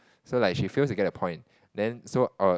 so like she fails to get the point then so I was